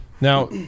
now